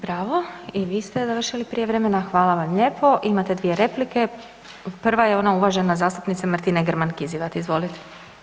Bravo i vi ste završili prijevremeno, hvala vam lijepo, imate dvije replike, prva je ona uvažene zastupnice Martine Grman Kizivat, izvolite.